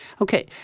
Okay